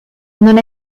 non